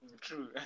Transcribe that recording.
True